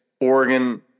Oregon